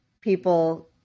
people